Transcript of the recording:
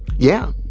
yeah.